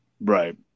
Right